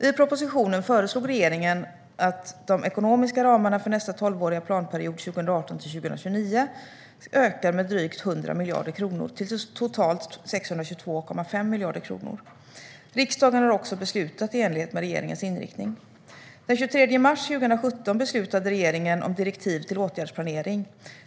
I propositionen föreslog regeringen att de ekonomiska ramarna för nästa tolvåriga planperiod, 2018-2029, ökar med drygt 100 miljarder kronor till totalt 622,5 miljarder kronor. Riksdagen har också beslutat i enlighet med regeringens inriktning. Den 23 mars 2017 beslutade regeringen om direktiv till åtgärdsplanering.